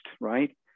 right